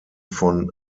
von